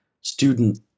student